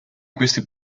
questi